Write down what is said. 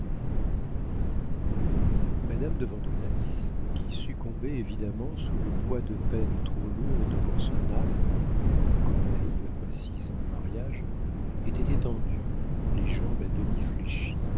madame de vandenesse qui succombait évidemment sous le poids de peines trop lourdes pour son âme encore naïve après six ans de mariage était étendue les jambes à demi fléchies